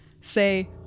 say